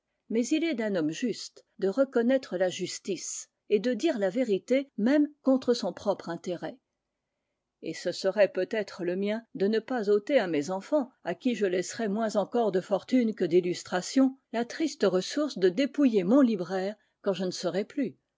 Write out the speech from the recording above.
mais il est d'un homme juste de reconnaître la justice et de dire la vérité même contre son propre intérêt et ce serait peut-être le mien de ne pas ôter à mes enfants à qui je laisserai moins encore de fortune que d'illustration la triste ressource de dépouiller mon libraire quand je ne serai plus